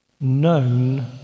known